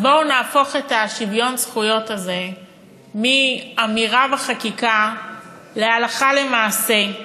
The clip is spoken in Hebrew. אז בואו נהפוך את שוויון הזכויות הזה מאמירה וחקיקה להלכה למעשה,